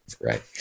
right